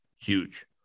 Huge